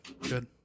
Good